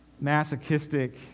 masochistic